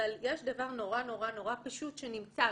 אבל יש דבר נורא פשוט שנמצא.